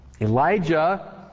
Elijah